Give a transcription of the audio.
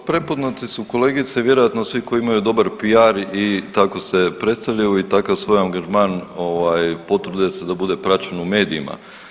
Pa prepoznati su kolegice vjerojatno svi koji imaju dobar PR i tako se predstavljaju i tako svoj angažman potvrde … bude praćen u medijima.